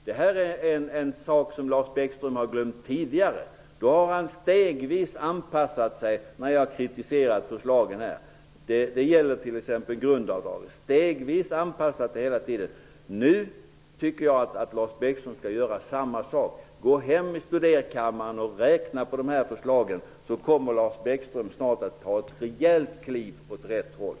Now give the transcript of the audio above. Detta är en sak som Lars Bäckström har glömt tidigare. Han har stegvis anpassat sig när jag sedan har kritiserat förslagen här. Det gäller t.ex. grundavdraget. Jag tycker att Lars Bäckström skall göra samma sak nu. Gå hem till studiekammaren och räkna på dessa förslag! Då kommer Lars Bäckström snart att ta ett rejält kliv åt rätt håll.